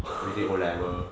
retake O level